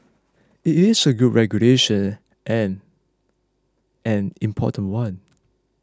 it is a good regulation and an important one